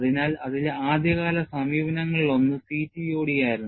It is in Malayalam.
അതിനാൽ അതിലെ ആദ്യകാല സമീപനങ്ങളിലൊന്ന് CTOD ആയിരുന്നു